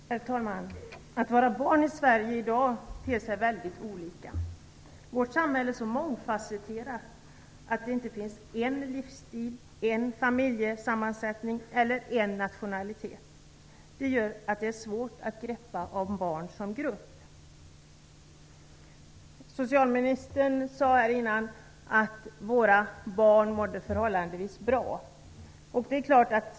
Herr talman! Att vara barn i Sverige i dag ter sig väldigt olika. Vårt samhälle är så mångfasetterat att det inte finns en livsstil, en familjesammansättning eller en nationalitet. Det gör att det är svårt att få ett grepp om barn som grupp. Statsrådet sade tidigare här att våra barn mådde förhållandevis bra.